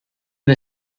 del